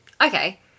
Okay